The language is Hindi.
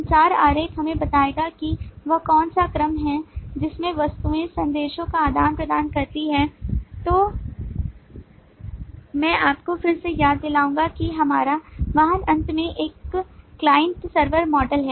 संचार आरेख हमें बताएगा कि वह कौन सा क्रम है जिसमें वस्तुएं संदेशों का आदान प्रदान करती हैं मैं आपको फिर से याद दिलाऊंगा कि हमारा वाहन अंत में एक क्लाइंट सर्वर मॉडल है